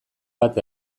bat